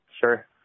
Sure